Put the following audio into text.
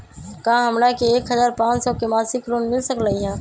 का हमरा के एक हजार पाँच सौ के मासिक लोन मिल सकलई ह?